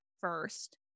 first